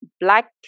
black